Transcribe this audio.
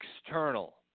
external